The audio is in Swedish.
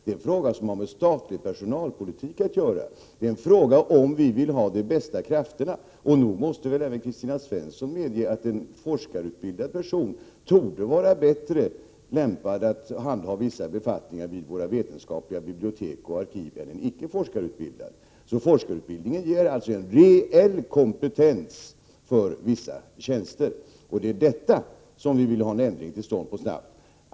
Det är en fråga som har med statlig personalpolitik att göra. Det gäller huruvida vi vill ha de bästa krafterna. Och nog måste väl även Kristina Svensson medge att en forskarutbildad person torde vara bättre lämpad att handha vissa befattningar vid våra vetenskapliga bibliotek och arkiv än en icke forskarutbildad person? Forskarutbildningen ger en reell kompetens för vissa tjänster, och det är på denna punkt vi vill ha en ändring till stånd snabbt.